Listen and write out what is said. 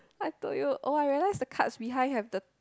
I told you oh I realize the card behind have the